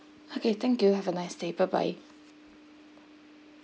okay thank you have a nice day bye bye